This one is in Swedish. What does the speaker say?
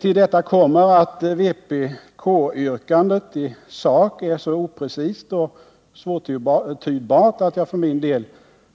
Till detta kommer att vpk-yrkandet i sak är så oprecist och svårtydbart att jag för min del